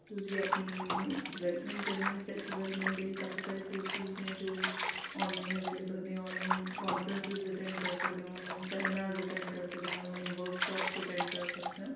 ਤੁਸੀਂ ਆਪਣੀ ਡਿਵੈਲਪਮੈਂਟ ਕਰਨੀ ਹੈ ਸੈਲਫ ਡਿਵੈਲਪਮੈਂਟ ਦੇ ਲਈ ਕਾਫ਼ੀ ਸਾਰੇ ਕੋਰਸਿਸ ਨੇ ਜੋ ਔਨਲਾਈਨ ਅਵੇਲੇਬਲ ਨੇ ਔਨਲਾਈਨ ਕੋਂਨਫਰੈਂਸਿਸ ਅਟੈਂਡ ਕਰ ਸਕਦੇ ਹੋ ਔਨਲਾਈਨ ਸੈਮੀਨਾਰਜ਼ ਅਟੈਂਡ ਕਰ ਸਕਦੇ ਹੋ ਔਨਲਾਈਨ ਵਰਕਸੋਪਜ਼ ਅਟੈਂਡ ਕਰ ਸਕਦੇ ਹੋ